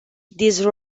these